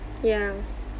ya